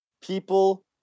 people